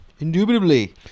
Indubitably